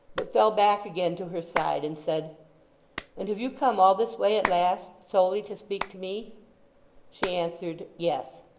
but fell back again to her side, and said and have you come all this way at last, solely to speak to me she answered, yes.